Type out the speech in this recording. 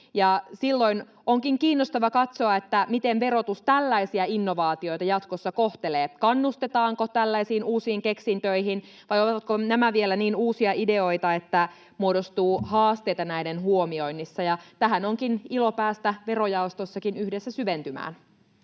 Silloin onkin kiinnostavaa katsoa, miten verotus tällaisia innovaatioita jatkossa kohtelee: kannustetaanko tällaisiin uusiin keksintöihin, vai ovatko nämä vielä niin uusia ideoita, että muodostuu haasteita näiden huomioinnissa? Tähän onkin ilo päästä verojaostossakin yhdessä syventymään.